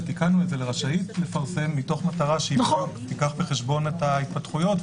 ותיקנו את זה לרשאית לפרסם מתוך מטרה שהיא לוקחת בחשבון את ההתפתחויות.